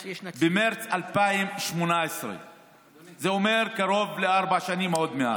במרץ 2018. זה אומר קרוב לארבע שנים עוד מעט.